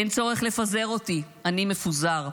אין צורך לפזר אותי, / אני מפוזר.